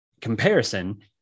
comparison